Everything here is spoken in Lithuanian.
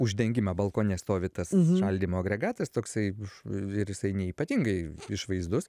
uždengimą balkone stovi tas šaldymo agregatas toksai ir jisai neypatingai išvaizdus